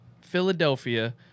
Philadelphia